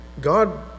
God